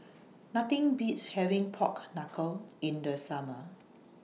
Nothing Beats having Pork Knuckle in The Summer